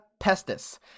pestis